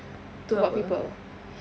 to apa